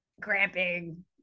cramping